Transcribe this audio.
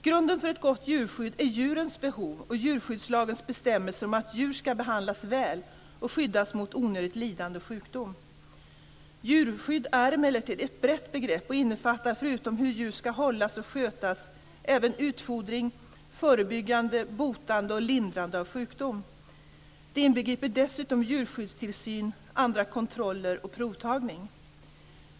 Grunden för ett gott djurskydd är djurens behov och djurskyddslagens bestämmelse om att djur ska behandlas väl och skyddas mot onödigt lidande och sjukdom. Djurskydd är emellertid ett brett begrepp och innefattar förutom hur djur ska hållas och skötas, även utfodring, förebyggande, botande och lindrande av sjukdom. Det inbegriper dessutom djurskyddstillsyn, andra kontroller och provtagning.